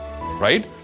Right